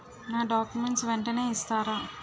నా డాక్యుమెంట్స్ వెంటనే ఇస్తారా?